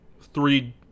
three